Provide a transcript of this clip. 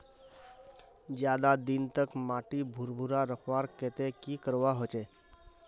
ज्यादा दिन तक माटी भुर्भुरा रखवार केते की करवा होचए?